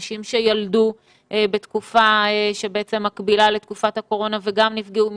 נשים שילדו בתקופה שמקבילה לתקופת הקורונה ונפגעו מזה.